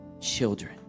Children